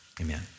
amen